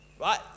Right